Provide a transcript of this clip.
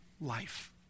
life